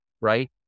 right